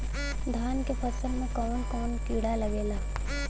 धान के फसल मे कवन कवन कीड़ा लागेला?